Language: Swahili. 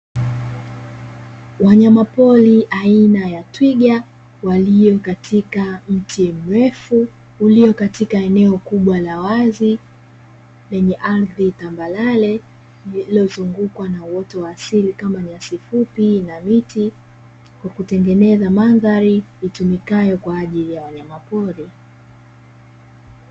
Wanyamapori aina ya Twiga walio katika mti mrefu, ulio katika eneo kubwa la wazi lenye ardhi tambarare, lililozungukwa na uoto wa asili kama nyasi fupi na miti, kwa kutengeneza mandhari itumikayo kwa ajili ya wanyamapori.